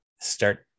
start